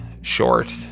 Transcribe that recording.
short